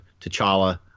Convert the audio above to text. t'challa